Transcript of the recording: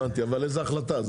אבל איזו החלטה?